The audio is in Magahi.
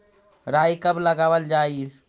राई कब लगावल जाई?